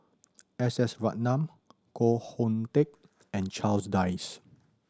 S S Ratnam Koh Hoon Teck and Charles Dyce